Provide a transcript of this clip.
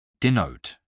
Denote